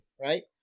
right